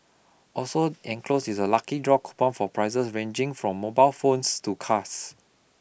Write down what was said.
also enclosed is a lucky draw coupon for prizes ranging from mobile phones to cars